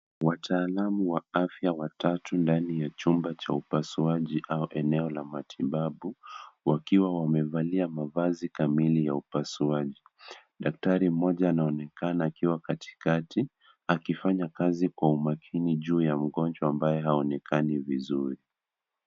Wataalamu wa afya watatu ndani ya chumba cha upasuaji au eneo la matibabu wakiwa wamevalia mavazi kamili ya upasuaji. Daktari mmoja anaonekana akiwa katikati, akifanya kazi kwa umakini juu ya mgonjwa ambaye haonekani vizuri.